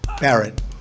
Barrett